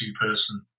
person